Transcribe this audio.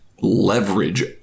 leverage